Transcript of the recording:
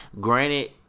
Granted